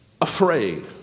afraid